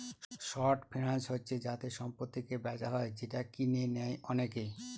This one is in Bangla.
শর্ট ফিন্যান্স হচ্ছে যাতে সম্পত্তিকে বেচা হয় যেটা কিনে নেয় অনেকে